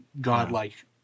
godlike